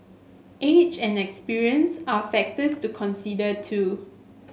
age and experience are factors to consider too